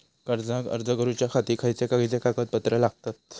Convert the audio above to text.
कर्जाक अर्ज करुच्यासाठी खयचे खयचे कागदपत्र लागतत